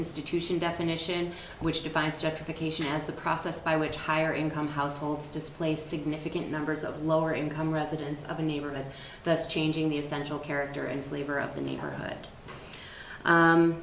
institution definition which defines stratification as the process by which higher income households displace significant numbers of lower income residents of a neighborhood that's changing the essential character and flavor of the neighborhood